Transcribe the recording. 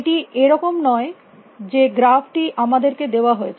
এটি এরকম নয় যে গ্রাফটি আমাদের কে দেওয়া হয়েছে